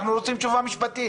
אנחנו רוצים תשובה משפטית.